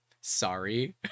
Sorry